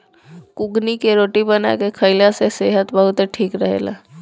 कुगनी के रोटी बना के खाईला से सेहत बहुते ठीक रहेला